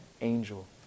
angel